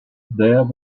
there